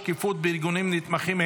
שקיפות בארגונים נתמכים),